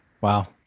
Wow